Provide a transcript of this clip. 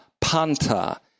Panta